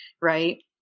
right